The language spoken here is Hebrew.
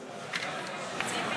העדיפויות,